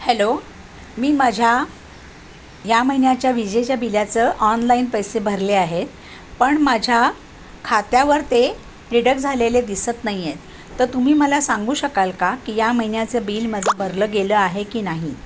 hello मी माझ्या या महिन्याच्या विजेच्या बिलाचं ऑनलाईन पैसे भरले आहेत पण माझ्या खात्यावर ते डिडक झालेले दिसत नाही आहेत तर तुम्ही मला सांगू शकाल का की या महिन्याचं बिल माझं भरलं गेलं आहे की नाही